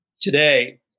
today